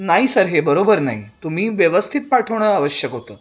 नाही सर हे बरोबर नाही तुम्ही व्यवस्थित पाठवणं आवश्यक होतं